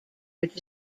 which